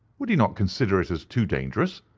would he not consider it as too dangerous?